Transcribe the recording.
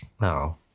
no